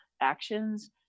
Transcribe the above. actions